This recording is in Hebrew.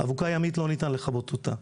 אבוקה ימית, לא ניתן לכבות אותה.